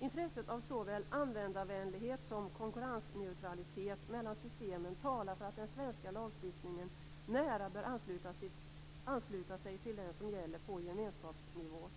Intresset av såväl användarvänlighet som konkurrensneutralitet mellan systemen talar för att den svenska lagstiftningen nära bör anslutas till den som gäller på gemenskapsnivå.